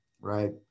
right